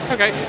Okay